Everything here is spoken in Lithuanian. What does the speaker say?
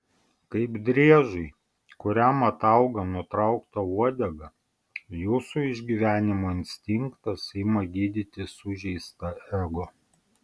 kaip driežui kuriam atauga nutraukta uodega jūsų išgyvenimo instinktas ima gydyti sužeistą ego